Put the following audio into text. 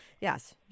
yes